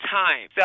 time